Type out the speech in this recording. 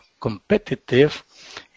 competitive